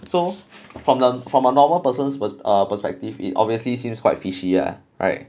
so from them from a normal person's err perspective it obviously seems quite fishy ah right